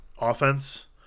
offense